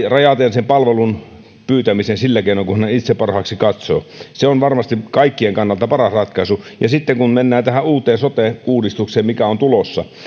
rajaten sen palvelun pyytämisen sillä keinoin kuin hän itse parhaaksi katsoo se on varmasti kaikkien kannalta paras ratkaisu ja sitten kun mennään tähän uuteen sote uudistukseen mikä on tulossa